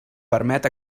permet